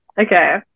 Okay